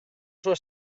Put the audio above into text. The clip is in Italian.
sua